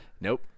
Nope